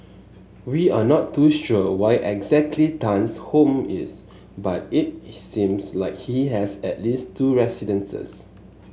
we are not too sure where exactly Tan's home is but it he seems like he has at least two residences